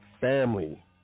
family